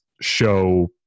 show